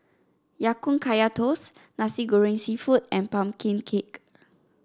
Ya Kun Kaya Toast Nasi Goreng seafood and pumpkin cake